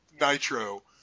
Nitro